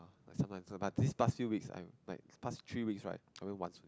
sometimes but this past few weeks I like this past three weeks right I went once